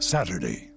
Saturday